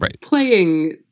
playing